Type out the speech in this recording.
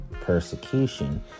persecution